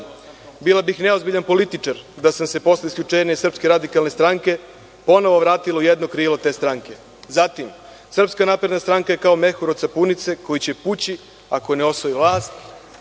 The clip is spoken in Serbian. „Bila bih neozbiljan političar da sam se posle isključenja iz SRS ponovo vratila u jedno krilo te stranke.“. Zatim, „Srpska napredna stranka je kao mehur od sapunice koji će pući ako ne osvoji vlast.“.